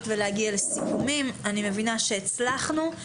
ולהגיע לסיכומים ואני מבינה שהצלחנו.